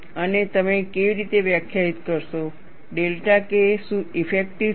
અને તમે કેવી રીતે વ્યાખ્યાયિત કરશો ડેલ્ટા K શું ઇફેક્ટિવ છે